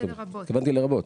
התכוונתי לרבות.